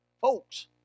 Folks